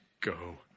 go